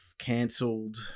cancelled